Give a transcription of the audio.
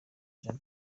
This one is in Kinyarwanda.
jean